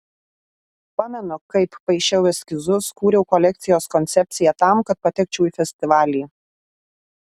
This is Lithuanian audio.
pamenu kaip paišiau eskizus kūriau kolekcijos koncepciją tam kad patekčiau į festivalį